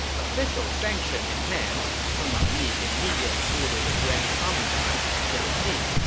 official sanction in hand, sima yi immediately ordered the grand commandant, jiang ji,